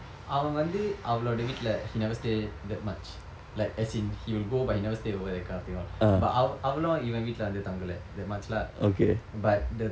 அவன் வந்து அவளுடைய வீட்டில:avan vandthu avaludaya vittila he never stay that much like as in he will go but he never stay over that kind of thing all but அவளும் இவன் வீட்டில வந்து தங்களை:avalum ivan vittila vandthu thangalai that much lah but the